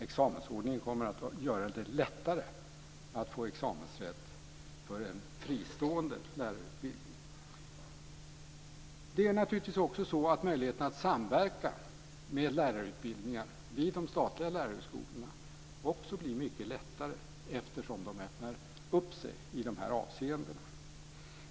Examensordningen kommer att göra det lättare för en fristående lärarutbildning att få examensrätt. För det andra blir naturligtvis också möjligheterna till samverkan med lärarutbildningar vid de statliga lärarhögskolorna mycket större, eftersom dessa öppnar upp sig i de här avseendena.